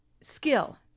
skill